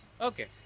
Okay